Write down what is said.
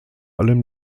allem